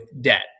debt